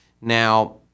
Now